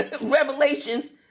Revelations